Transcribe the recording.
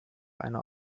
einer